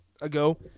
ago